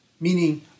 meaning